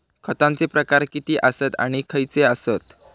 खतांचे प्रकार किती आसत आणि खैचे आसत?